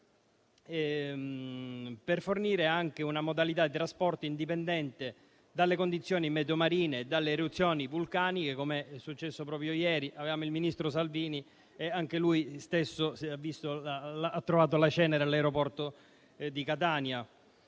per fornire anche una modalità di trasporto indipendente dalle condizioni meteomarine e dalle eruzioni vulcaniche, com'è successo proprio ieri quando il ministro Salvini ha trovato la cenere all'aeroporto di Catania.